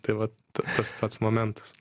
pratęstai tai vat tas pats momentas